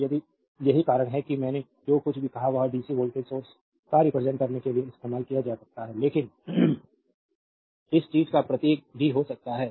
तो यही कारण है कि मैंने जो कुछ भी कहा वह डीसी वोल्टेज सोर्स का रिप्रेजेंट करने के लिए इस्तेमाल किया जा सकता है लेकिन इस चीज का प्रतीक भी हो सकता है